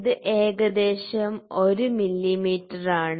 ഇത് ഏകദേശം 1 മില്ലീമീറ്ററാണ്